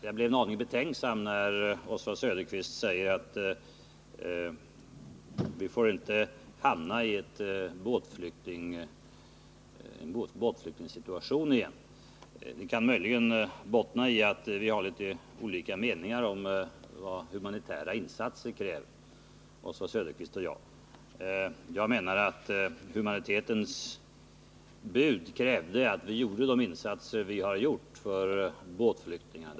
Jag blev en aning betänksam när Oswald Söderqvist sade att vi inte på nytt får hamna i en båtflyktingssituation. Uttalandet kan möjligen bero på att Oswald Söderqvist och jag har något olika uppfattning om vad humanitära insatser kräver. Jag menar att humanitetens bud krävde att vi gjorde de insatser som vi har gjort för båtflyktingarna.